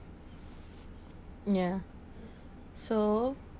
ya so